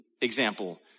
example